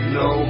no